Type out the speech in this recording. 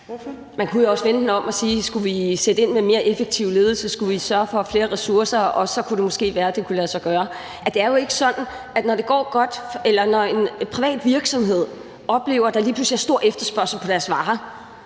Man kunne jo også vende den om og sige: Skulle vi sætte ind med mere effektiv ledelse, skulle vi sørge for flere ressourcer, og så kunne det måske være, at det kunne lade sig gøre? Det er jo ikke sådan, når en privat virksomhed oplever, at der lige pludselig er stor efterspørgsel på deres varer,